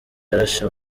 yarashe